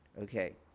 Okay